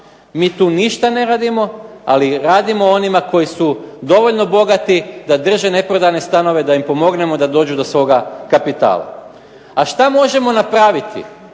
Mi tu ništa ne radimo, ali radimo onima koji su dovoljno bogati da drže neprodane stanove, da im pomognemo da dođu do svoga kapitala. A šta možemo napraviti?